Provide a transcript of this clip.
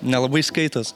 nelabai skaitos